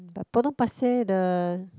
but Potong-Pasir the